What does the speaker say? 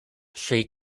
she